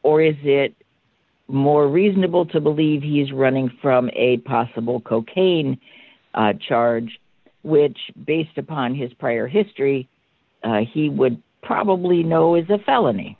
d is it more reasonable to believe he is running from a possible cocaine charge which based upon his prior history he would probably know is a felony